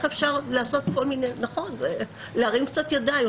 זה קצת להרים ידיים,